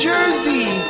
Jersey